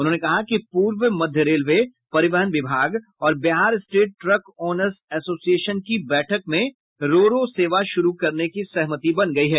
उन्होंने कहा कि पूर्व मध्य रेलवे परिवहन विभाग और Bihar state truck owners association की बैठक में रो रो सेवा शुरू करने की सहमति बन गयी है